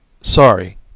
Sorry